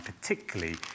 particularly